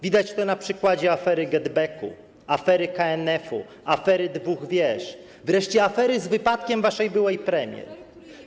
Widać to na przykładach afery GetBack, afery KNF, afery dwóch wież, wreszcie afery z wypadkiem waszej byłej premier.